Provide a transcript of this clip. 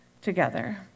together